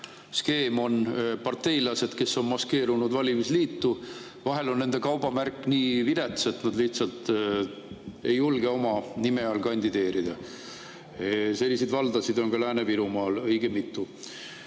skeem on parteilased, kes on maskeerunud valimisliitu. Vahel on nende kaubamärk nii vilets, et nad lihtsalt ei julge oma nime all kandideerida. Selliseid valdasid on Lääne-Virumaal õige mitu.